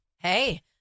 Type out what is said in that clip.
Hey